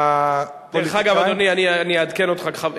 אגב, אעדכן אותך.